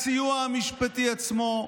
הסיוע המשפטי עצמו,